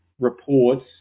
reports